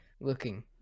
looking